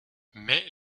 mais